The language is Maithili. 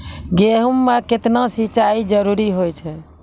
गेहूँ म केतना सिंचाई जरूरी होय छै?